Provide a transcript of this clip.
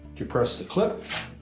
depress the clip